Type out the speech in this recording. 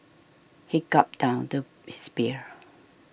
he gulped down the his beer